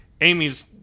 amy's